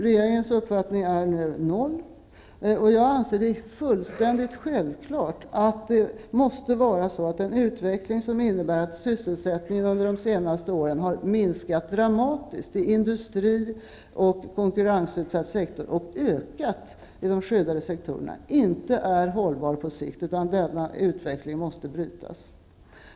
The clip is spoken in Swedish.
Regeringens uppfattning är att ökningen borde vara noll. Jag anser det fullständigt självklart att en utveckling som inneburit att sysselsättningen under de senaste åren har minskat dramatiskt i industrin och den konkurrensutsatta sektorn och ökat i de skyddade sektorerna inte är hållbar på sikt. Denna utveckling måste brytas.